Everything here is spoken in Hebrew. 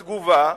בתגובה,